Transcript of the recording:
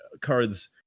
cards